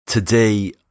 Today